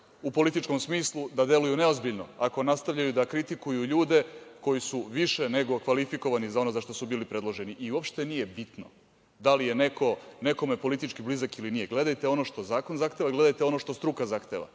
u političkom smislu i da deluju neozbiljno, ako nastavljaju da kritikuju ljude koji su više nego kvalifikovani za ono za šta su bili predloženi. Uopšte nije bitno da li je neko nekome politički blizak ili nije. Gledajte ono što zahtev zahteva, gledajte ono što struka zahteva.